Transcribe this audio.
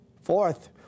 Fourth